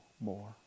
more